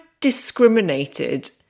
discriminated